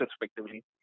respectively